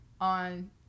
on